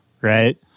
right